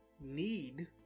need